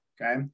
Okay